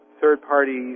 third-party